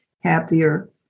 happier